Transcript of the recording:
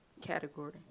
category